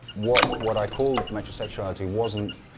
what what i call metrosexuality wasn't.